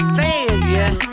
failure